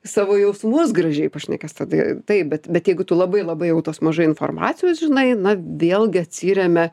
savo jausmus gražiai pašnekės tada taip bet bet jeigu tu labai labai jau tos mažai informacijos žinai na vėlgi atsiremia